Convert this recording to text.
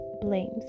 blames